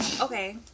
okay